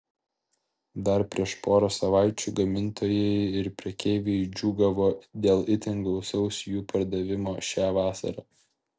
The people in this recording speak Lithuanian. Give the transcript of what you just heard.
dar prieš porą savaičių gamintojai ir prekeiviai džiūgavo dėl itin gausaus jų pardavimo šią vasarą